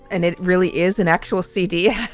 and it really is an actual c d.